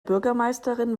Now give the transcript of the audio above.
bürgermeisterin